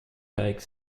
take